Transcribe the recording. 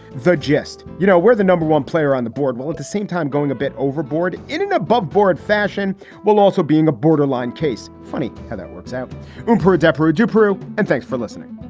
the gist? you know, we're the number one player on the board. well, at the same time, going a bit overboard in an aboveboard fashion while also being a borderline case. funny how that works out um for adepero dupere. and thanks for listening